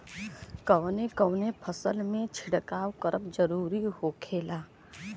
कवने कवने फसल में छिड़काव करब जरूरी होखेला?